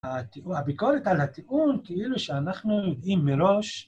הביקורת על הטיעון כאילו שאנחנו עם מראש